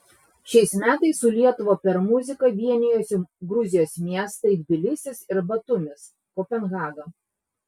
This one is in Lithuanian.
šiais metais su lietuva per muziką vienijosi gruzijos miestai tbilisis ir batumis kopenhaga